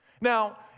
Now